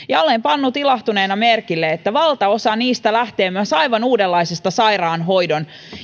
ja olen pannut ilahtuneena merkille että valtaosa niistä lähtee myös aivan uudenlaisesta sairaanhoidon